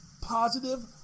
positive